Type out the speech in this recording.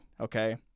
okay